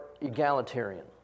egalitarian